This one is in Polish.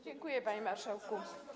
Dziękuję, panie marszałku.